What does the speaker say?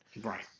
Right